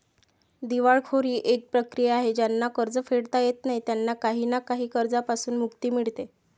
दिवाळखोरी एक प्रक्रिया आहे ज्यांना कर्ज फेडता येत नाही त्यांना काही ना काही कर्जांपासून मुक्ती मिडते